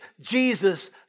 Jesus